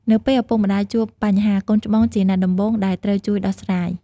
នៅពេលឪពុកម្ដាយជួបបញ្ហា កូនច្បងជាអ្នកដំបូងដែលត្រូវជួយដោះស្រាយ។